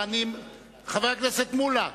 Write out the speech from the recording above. חבר הכנסת מולה.